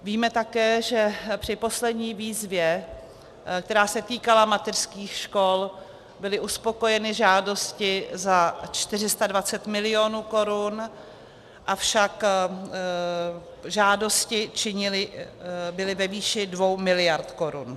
Víme také, že při poslední výzvě, která se týkala mateřských škol, byly uspokojeny žádosti za 420 mil. korun, avšak žádosti činily, byly ve výši 2 mld. korun.